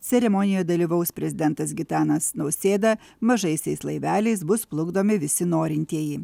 ceremonijoje dalyvaus prezidentas gitanas nausėda mažaisiais laiveliais bus plukdomi visi norintieji